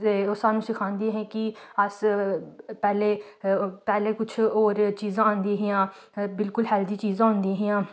ते ओह् सानूं सखांदियां हियां कि अस पैह्ले पैह्ले कुछ होर चीजां औंदियां हियां बिलकुल हैल्दी चीजां होंदियां हियां